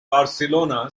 barcelona